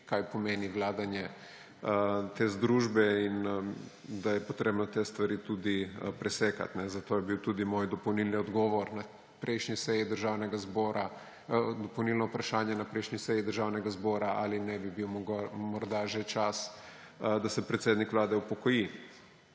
kaj pomeni vladanje te združbe in da je treba te stvari tudi presekati. Zato je bilo tudi moje dopolnilno vprašanje na prejšnji seji Državnega zbora, ali ne bi bil morda že čas, da se predsednik Vlade upokoji,